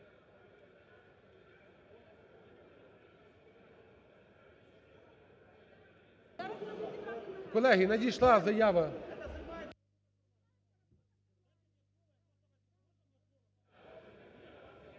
Колеги, надійшла заява…